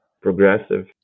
progressive